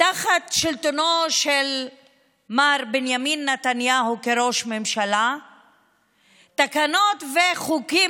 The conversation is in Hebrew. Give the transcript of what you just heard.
תחת שלטונו של מר בנימין נתניהו כראש ממשלה תקנות וחוקים